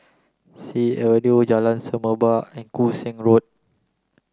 Sea Avenue Jalan Semerbak and Koon Seng Road